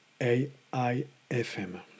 AIFM